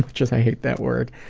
much as i hate that word,